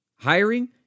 Hiring